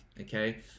okay